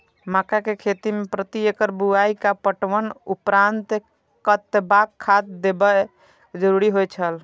मक्का के खेती में प्रति एकड़ बुआई आ पटवनक उपरांत कतबाक खाद देयब जरुरी होय छल?